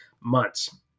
months